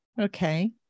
Okay